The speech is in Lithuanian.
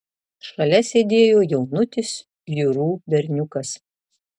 šalia sėdėjo jaunutis jurų berniukas